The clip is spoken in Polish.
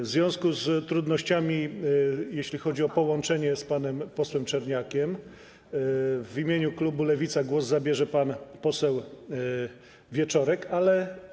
W związku z trudnościami, jeśli chodzi o połączenie z panem posłem Czerniakiem, w imieniu klubu Lewica głos zabierze pan poseł Wieczorek, ale.